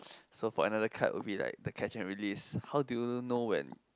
so for another card would be like the catch and release how do you know when